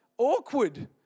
awkward